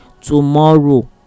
tomorrow